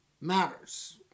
matters